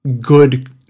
good